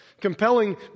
compelling